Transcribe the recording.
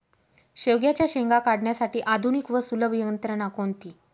शेवग्याच्या शेंगा काढण्यासाठी आधुनिक व सुलभ यंत्रणा कोणती?